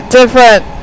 different